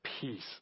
peace